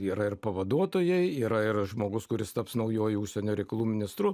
yra ir pavaduotojai yra ir žmogus kuris taps naujuoju užsienio reikalų ministru